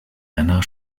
einer